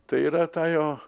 tai yra ta jo